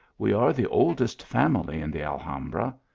we are the oldest family in the alhambra.